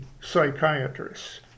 psychiatrists